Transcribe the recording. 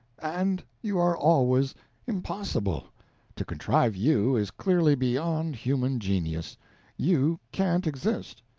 and you are always impossible to contrive you is clearly beyond human genius you can't exist,